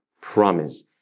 promise